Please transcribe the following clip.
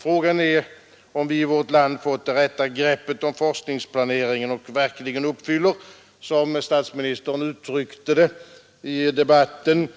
Frågan är om vi i vårt land fått det rätta greppet om forskningsplaneringen och verkligen uppfyller, som statsministern uttryckte det i debatten,